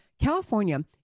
california